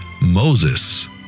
Moses